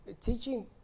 teaching